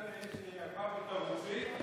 של המפה הפוליטית.